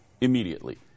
immediately